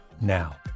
now